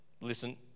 listen